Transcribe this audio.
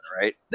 right